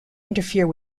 interfere